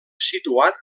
situat